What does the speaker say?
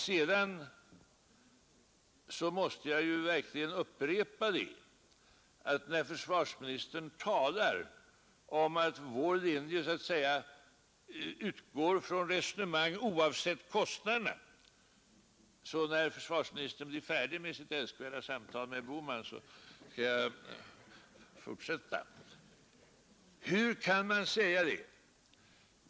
Sedan talar försvarsministern om att vår linje så att säga utgår från resonemang som inte tar hänsyn till kostnaderna. Hur kan försvarsministern säga det?